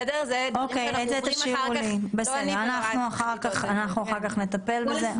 אנחנו אחר כך נטפל בזה,